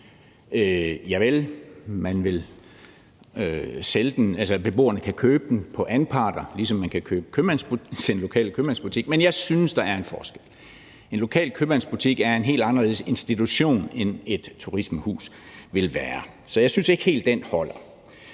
beboerne kan købe dem på anparter ligesom man kan med den lokale købmandsbutik, men jeg synes, der er en forskel. En lokal købmandsbutik er en helt anderledes institution end et turismehus vil være, så jeg synes ikke helt, den holder.